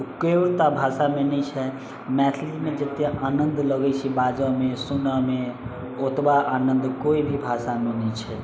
पुयोरता भाषामे नहि छै मैथिलीमे जते आनन्द लगै छै बाजऽमे सुनऽमे ओतबा आनन्द कोइ भी भाषामे नहि छै